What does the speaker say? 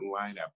lineup